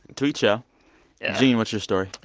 tweet show yeah gene, what's your story?